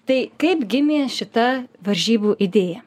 tai kaip gimė šita varžybų idėja